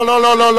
לא, לא.